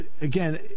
Again